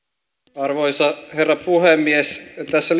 arvoisa herra puhemies tässä